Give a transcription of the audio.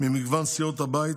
ממגוון סיעות הבית,